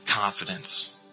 confidence